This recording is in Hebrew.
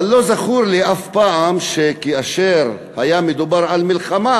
אבל לא זכור לי אף פעם שכאשר היה מדובר על מלחמה,